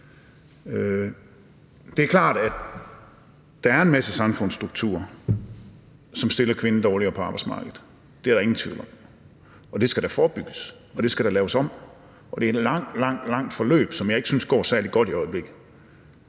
Det er klart, at der er en masse samfundsstrukturer, som stiller kvinden dårligere på arbejdsmarkedet – det er der ingen tvivl om – og det skal da forebygges, og det skal der da laves om på. Og det er et langt, langt forløb, som jeg ikke synes går særlig godt i øjeblikket.